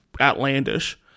outlandish